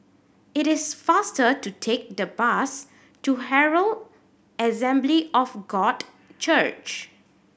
it is faster to take the bus to Herald Assembly of God Church